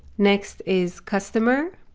next is customer,